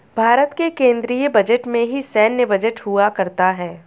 भारत के केन्द्रीय बजट में ही सैन्य बजट हुआ करता है